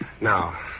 Now